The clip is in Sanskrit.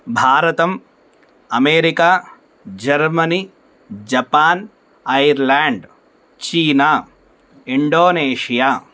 भारतम् America Germany Japan Ireland China Indonesia